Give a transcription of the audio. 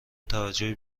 توجه